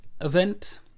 event